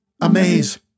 Amaze